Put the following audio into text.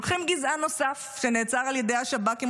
לוקחים גזען נוסף שנעצר על ידי השב"כ עם